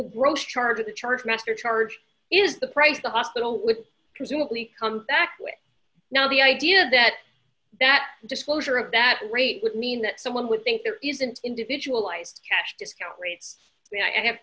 price roast charge at the charge master charge is the price the hospital would presumably come back to now the idea that that disclosure of that rate would mean that someone would think there is an individualized cash discount rates we now have